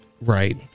right